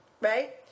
right